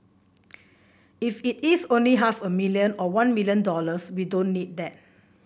if it is only half a million or one million dollars we don't need that